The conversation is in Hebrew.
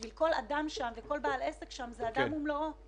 ובשביל כל אדם שם וכל בעל עסק שם זה עולם ומלואו.